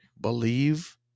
believe